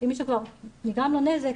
אם מישהו כבר נגרם לו נזק,